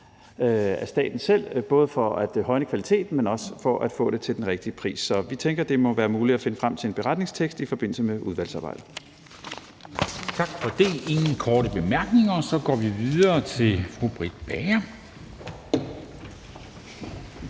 af staten selv – både for at højne kvaliteten, men også for at få det til den rigtige pris. Så vi tænker, at det må være muligt at finde frem til en beretningstekst i forbindelse med udvalgsarbejdet. Kl. 18:34 Formanden (Henrik Dam Kristensen): Tak for det. Der er ingen korte bemærkninger. Så går vi videre til fru Britt Bager,